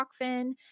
Rockfin